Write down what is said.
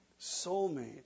soulmate